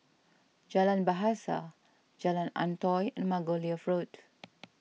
Jalan Bahasa Jalan Antoi and Margoliouth Road